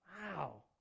Wow